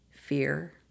Fear